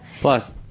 Plus